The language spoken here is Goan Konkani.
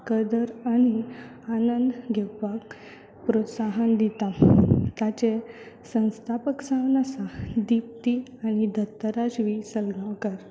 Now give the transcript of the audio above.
कदर आनी आनंद घेवपाक प्रोत्साहन दिता ताचें संस्थापक जावन आसा दिप्ती आनी दत्तराज वी सळगांवकर